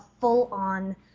full-on